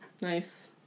Nice